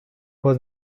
was